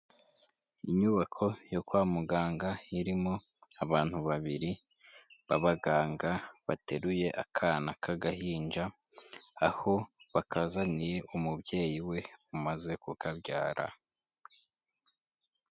Inyubako yo kwa muganga irimo abantu babiri b'abaganga bateruye akana k'agahinja, aho bakazaniye umubyeyi we umaze kukabyara.